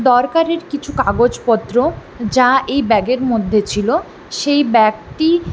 দরকারের কিছু কাগজপত্র যা এই ব্যাগের মধ্যে ছিল সেই ব্যাগটি